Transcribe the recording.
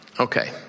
Okay